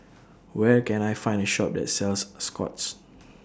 Where Can I Find A Shop that sells Scott's